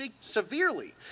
severely